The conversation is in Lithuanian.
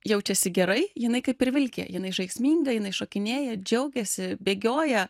jaučiasi gerai jinai kaip ir vilkė jinai žaisminga jinai šokinėja džiaugiasi bėgioja